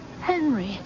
Henry